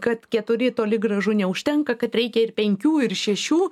kad keturi toli gražu neužtenka kad reikia ir penkių ir šešių